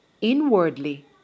inwardly